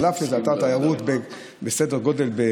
אף שזה אתר תיירות בסדר גודל,